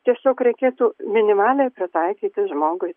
tiesiog reikėtų minimaliai pritaikyti žmogui